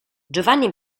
giovanni